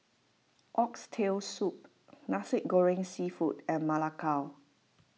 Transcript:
Oxtail Soup Nasi Goreng Seafood and Ma Lai Gao